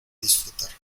disfrutar